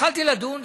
התחלתי לדון,